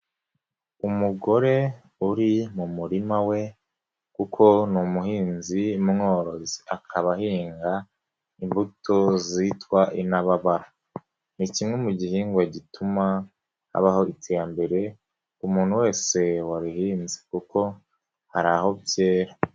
Umugore uri mu murima we kuko ni umuhinzi mworozi akaba ahinga imbuto zitwa intababara, ni kimwe mu gihingwa gituma habaho iterambere umuntu wese wabihinze kuko hari aho byera.